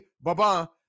baba